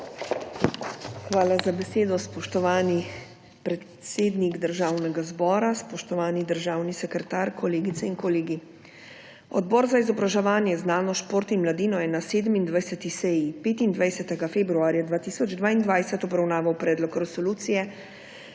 Hvala za besedo. Spoštovani predsednik Državnega zbora, spoštovani državni sekretar, kolegice in kolegi! Odbor za izobraževanje, znanost, šport in mladino je na 27. seji 25. februarja 2022 obravnaval Predlog resolucije